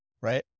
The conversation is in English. right